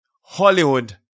Hollywood